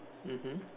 mmhmm